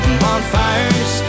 bonfires